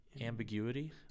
Ambiguity